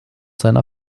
seiner